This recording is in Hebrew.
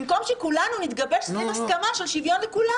במקום שכולנו נתגבש סביב הסכמה של שוויון לכולם